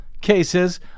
cases